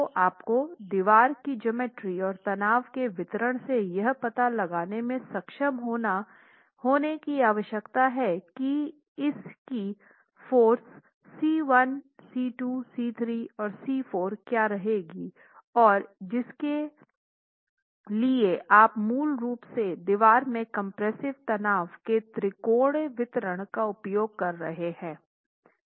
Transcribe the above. तो आपको दीवार की ज्योमेट्री और तनाव के वितरण से यह पता लगाने में सक्षम होने की आवश्यकता है की इसकी फाॅर्स C1 C2 C3 और C4 क्या रहेगी और जिसके लिए आप मूल रूप से दीवार में कंप्रेसिव तनाव के त्रिकोणीय वितरण का उपयोग कर रहे हैं